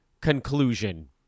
conclusion